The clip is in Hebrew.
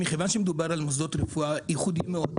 מכיוון שמדובר על מוסדות רפואה ייחודיים מאוד.